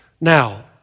Now